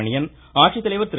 மணியன் ஆட்சித்தலைவர் திரு